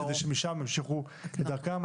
כדי שמשם ימשיכו לדרכם.